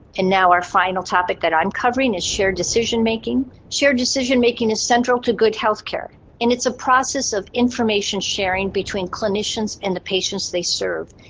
and now, our final topic that i'm covering is shared decision-making. shared decision making is central to good healthcare. and it's a process of information sharing between clinicians and the patients they serve.